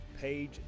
page